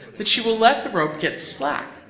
that she will let the rope get slack,